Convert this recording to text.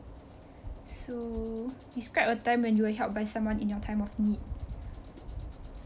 so describe a time when you were helped by someone in your time of need